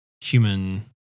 human